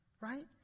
right